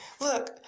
look